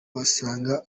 wasanga